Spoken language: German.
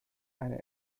eine